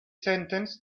sentence